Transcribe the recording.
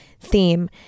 theme